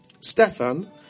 Stefan